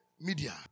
media